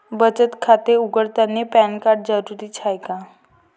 बचत खाते उघडतानी पॅन कार्ड जरुरीच हाय का?